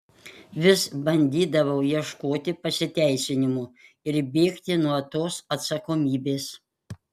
vis bandydavau ieškoti pasiteisinimų ir bėgti nuo tos atsakomybės